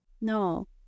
No